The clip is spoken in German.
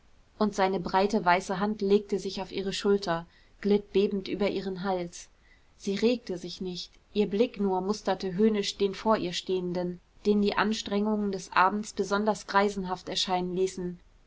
und seine breite weiße hand legte sich auf ihre schulter glitt bebend über ihren hals sie regte sich nicht ihr blick nur musterte höhnisch den vor ihr stehenden den die anstrengungen des abends besonders greisenhaft erscheinen ließen